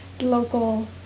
local